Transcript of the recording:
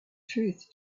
truth